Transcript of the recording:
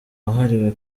wahariwe